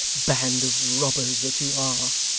band of robbers that you are